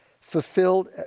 fulfilled